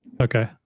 Okay